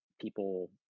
people